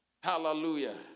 Hallelujah